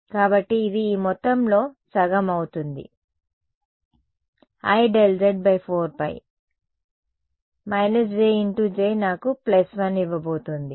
కాబట్టి ఇది ఈ మొత్తంలో సగం అవుతుంది IΔz4π − j × j నాకు 1 ఇవ్వబోతోంది